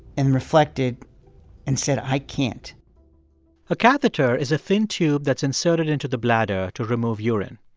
and reflected and said, i can't a catheter is a thin tube that's inserted into the bladder to remove urine.